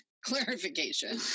Clarification